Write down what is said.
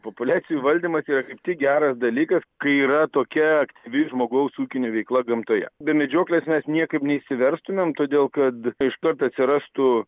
populiacijų valdymas yra kaip tik geras dalykas kai yra tokia aktyvi žmogaus ūkinė veikla gamtoje be medžioklės mes niekaip neišsiverstumėm todėl kad iškart atsirastų